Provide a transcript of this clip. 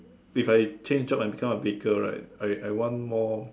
if I change job I'm become a baker right I I want more